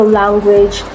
language